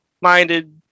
minded